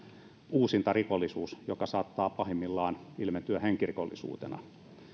uusintarikollisuus joka saattaa pahimmillaan ilmentyä henkirikollisuutena